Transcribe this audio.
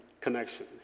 connection